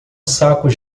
sacos